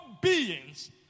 beings